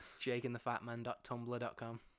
Jakeandthefatman.tumblr.com